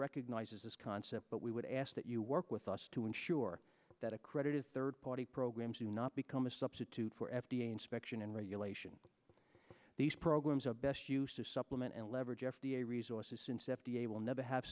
recognises this concept but we would ask that you work with us to ensure that accredited third party programs do not become a substitute for f d a inspection and regulation these programs are best use to supplement and leverage f d a resources since f d a will never have